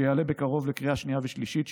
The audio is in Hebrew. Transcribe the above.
שיעלה בקרוב לקריאה שנייה ושלישית,